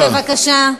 בבקשה.